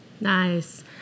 Nice